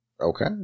Okay